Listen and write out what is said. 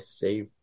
save